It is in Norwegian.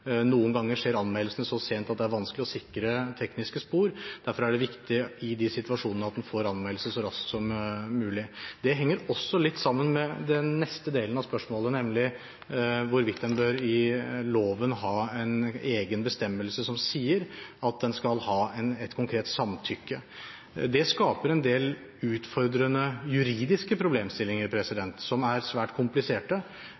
noen ganger skjer anmeldelsene så sent at det er vanskelig å sikre tekniske spor. Derfor er det viktig i disse situasjonene at en får anmeldelse så raskt som mulig. Det henger også litt sammen med den neste delen av spørsmålet, nemlig hvorvidt en i loven bør ha en egen bestemmelse som sier at en skal ha et konkret samtykke. Det skaper en del utfordrende juridiske problemstillinger